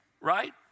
right